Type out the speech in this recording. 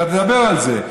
אתה עוד תדבר על זה.